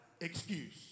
excuse